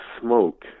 smoke